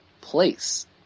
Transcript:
place